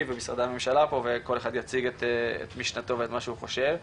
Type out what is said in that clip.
ומשרדי הממשלה פה וכל אחד יציג את משנתו ואת מה שהוא חושב.